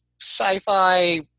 sci-fi